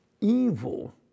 Evil